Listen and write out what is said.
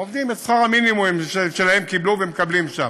העובדים, את שכר המינימום שלהם קיבלו ומקבלים שם,